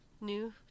new